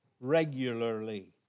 regularly